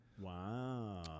wow